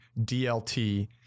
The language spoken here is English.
DLT